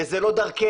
וזו לא דרכנו.